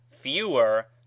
fewer